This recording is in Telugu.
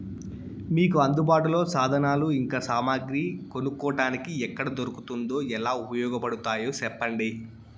మీకు అందుబాటులో సాధనాలు ఇంకా సామగ్రి కొనుక్కోటానికి ఎక్కడ దొరుకుతుందో ఎలా ఉపయోగపడుతాయో సెప్పండి?